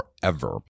forever